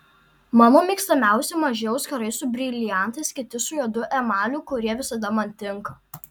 mano mėgstamiausi maži auskarai su briliantais kiti su juodu emaliu kurie visada man tinka